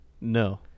no